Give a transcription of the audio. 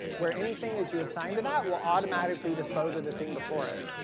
where anything that you assign to that will automatically dispose of the thing before it.